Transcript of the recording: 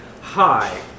Hi